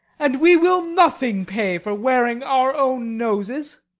and we will nothing pay for wearing our own noses.